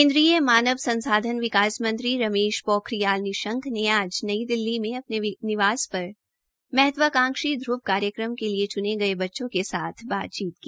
केन्द्रीय मानव संसाधन विकास मंत्री रमेश पोखरियाल निशंक ने आज नई दिल्ली में अपने निवास स्थान पर महत्वाकांशी घ्रव कार्यक्रम के लिए चुने गये बच्चों के साथ बातचीत की